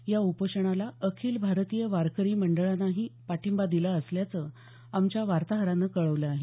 या उपोषणाला अखिल भारतीय वारकरी मंडळानंही पाठिंबा दिला असल्याचं आमच्या वार्ताहरानं कळवलं आहे